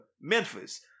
Memphis